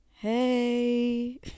Hey